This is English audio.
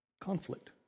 conflict